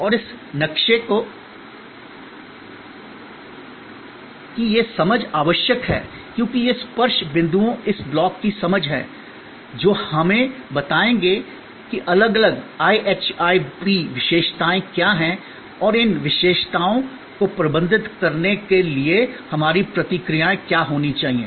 और इस नक्शे की यह समझ आवश्यक है क्योंकि ये स्पर्श बिंदु इस ब्लॉक की समझ हैं जो हमें बताएंगे कि अलग अलग IHIP विशेषताएँ क्या हैं और उन IHIP विशेषताओं को प्रबंधित करने के लिए हमारी प्रतिक्रियाएँ क्या होनी चाहिए